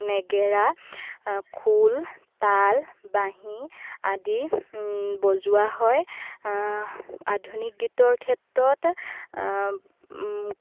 নাগেৰা খোল তাল বাঁহী আদি বজোৱা হয় আধুনিক গীতৰ ক্ষেত্ৰত